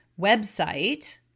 website